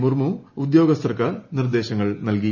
മുർമു ഉദ്യോഗസ്ഥർക്കു നിർദ്ദേശങ്ങൾ നൽകി